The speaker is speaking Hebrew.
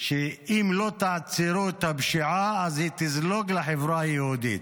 שאם לא תעצרו את הפשיעה אז היא תזלוג לחברה היהודית.